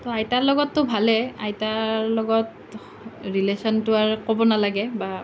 ত' আইতাৰ লগততো ভালেই আইতাৰ লগত ৰিলেশ্যনটো আৰু ক'ব নালাগে বা